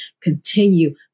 continue